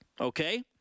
okay